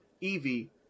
Evie